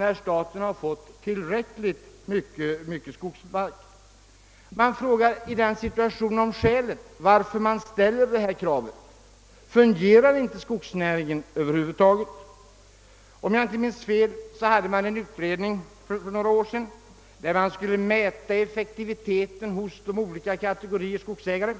när staten har fått tillräckligt mycket skogsmark. : Man frågar sig i denna situation om skälet till motionärernas krav. Fungerar inte skogsnäringen över huvud taget? Om jag inte minns fel, var det en utredning för några år sedan som ville mäta effektiviteten hos de olika kategorierna skogsägare.